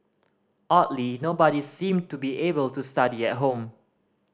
oddly nobody seemed to be able to study at home